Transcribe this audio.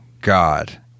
God